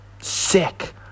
Sick